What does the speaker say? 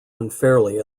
unfairly